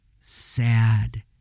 sad